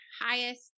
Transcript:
highest